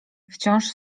wciąż